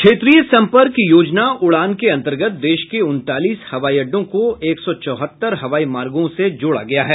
क्षेत्रीय सम्पर्क योजना उड़ान के अन्तर्गत देश के उनतालीस हवाईअड्डों को एक सौ चौहत्तर हवाई मार्गों से जोड़ा गया है